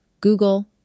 Google